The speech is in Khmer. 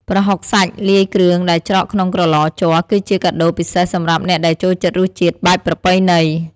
ប្រហុកសាច់លាយគ្រឿងដែលច្រកក្នុងក្រឡជ័រ គឺជាកាដូពិសេសសម្រាប់អ្នកដែលចូលចិត្តរសជាតិបែបប្រពៃណី។